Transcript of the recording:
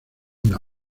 una